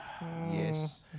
Yes